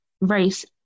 race